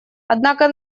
однако